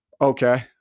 okay